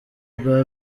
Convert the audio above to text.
rwa